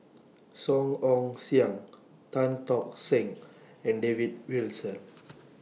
Song Ong Siang Tan Tock Seng and David Wilson